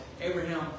Abraham